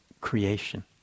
creation